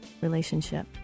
relationship